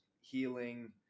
healing